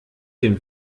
dem